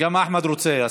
גם אחמד רוצה הסרה.